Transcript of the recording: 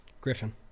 Griffin